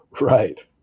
Right